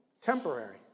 Temporary